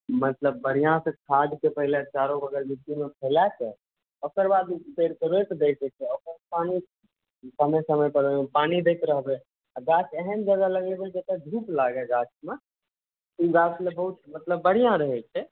मतलब बढ़िऑं से खाद्यके पहिले चारु बगल मिट्टीमे फैला कऽ ओकर बाद जड़िके रोपि दैके छै पानि समय समय पर ओहिमे पानि दैत रहबै आ गाछ एहन जगह लगेबै जतऽ धुप लागै गाछमे ई गाछ लए मतलब बहुत बढ़िऑं रहै छै